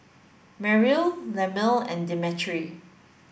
Merrill Lemuel and Demetri